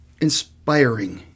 inspiring